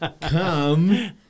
Come